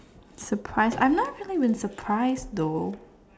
surprise I've not really been surprised though